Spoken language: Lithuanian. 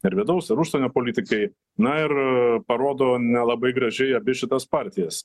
ir vidaus ir užsienio politikai na ir parodo nelabai gražiai abi šitas partijas